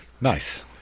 nice